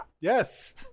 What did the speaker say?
yes